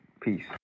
Peace